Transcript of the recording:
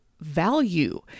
value